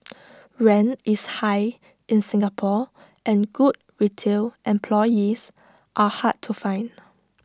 rent is high in Singapore and good retail employees are hard to find